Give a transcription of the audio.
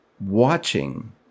watching